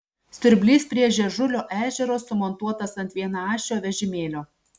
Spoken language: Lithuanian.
siurblys prie žiežulio ežero sumontuotas ant vienaašio vežimėlio